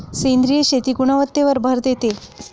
सेंद्रिय शेती गुणवत्तेवर भर देते